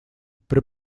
при